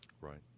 Right